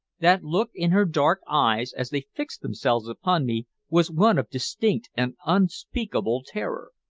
that look in her dark eyes as they fixed themselves upon me was one of distinct and unspeakable terror.